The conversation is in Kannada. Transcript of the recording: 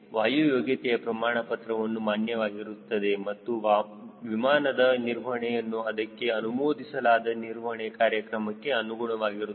ವಾಯು ಯೋಗ್ಯತೆಯ ಪ್ರಮಾಣ ಪತ್ರವು ಮಾನ್ಯವಾಗಿರುತ್ತದೆ ಮತ್ತು ವಿಮಾನದ ನಿರ್ವಹಣೆಯನ್ನು ಅದಕ್ಕೆ ಅನುಮೋದಿಸಲಾದ ನಿರ್ವಹಣ ಕಾರ್ಯಕ್ರಮಕ್ಕೆ ಅನುಗುಣವಾಗಿರುತ್ತದೆ